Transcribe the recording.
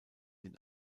den